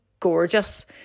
gorgeous